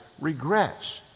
regrets